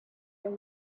and